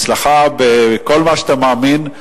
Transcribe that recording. הצלחה בכל מה שאתה מאמין,